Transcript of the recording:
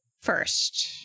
first